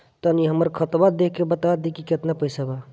तनी हमर खतबा देख के बता दी की केतना पैसा बा?